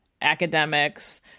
academics